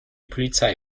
polizei